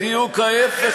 בדיוק ההפך,